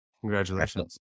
Congratulations